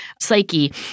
psyche